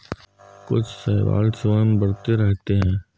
कुछ शैवाल स्वयं बढ़ते रहते हैं